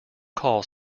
call